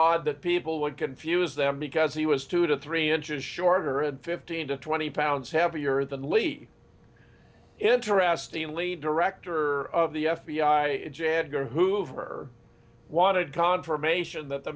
odd that people would confuse them because he was two to three inches shorter and fifteen to twenty pounds heavier than lead interestingly director of the f b i jan hoover wanted confirmation that the